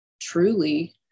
truly